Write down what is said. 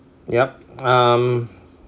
yup um